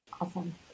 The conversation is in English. Awesome